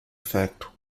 effect